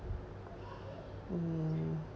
mm